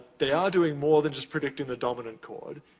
they are doing more than just predicting the dominant chord,